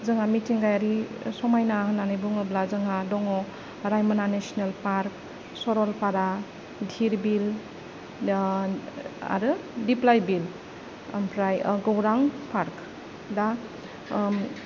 जोंहा मिथिंगायारि समायना होन्नानै बुङोब्ला जोंहा दङ रायमना नेसनेल पार्क सरलपारा धिर बिल आरो दिप्लाय बिल ओमफ्राय गौरां पार्क दा